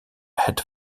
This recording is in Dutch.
het